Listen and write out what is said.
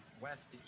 west